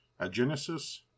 agenesis